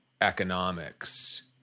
economics